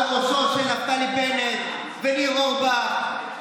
על ראשו של נפתלי בנט וניר אורבך.